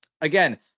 Again